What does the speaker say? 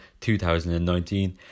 2019